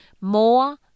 more